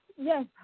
Yes